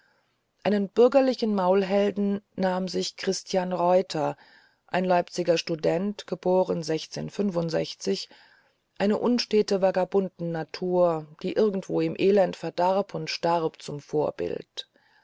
einen bürgerlichen maulhelden nahm sich christian reuter ein leipziger student geboren eine unstete vagantennatur die irgendwo im elend verdarb und starb zum vorbild